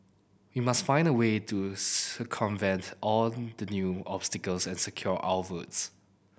we must find a way to circumvent all the new obstacles and secure our votes